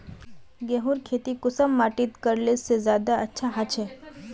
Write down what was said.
गेहूँर खेती कुंसम माटित करले से ज्यादा अच्छा हाचे?